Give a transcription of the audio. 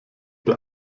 der